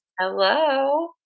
Hello